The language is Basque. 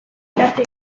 idatzi